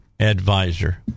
advisor